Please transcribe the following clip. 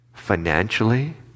financially